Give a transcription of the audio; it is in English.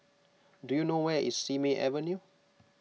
do you know where is Simei Avenue